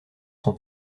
son